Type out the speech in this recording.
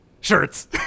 shirts